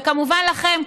וכמובן לכם,